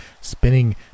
spinning